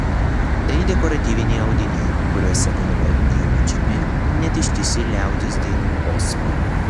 tai dekoratyviniai audiniai kuriuose būdavo įaudžiami net ištisi liaudies dainų posmai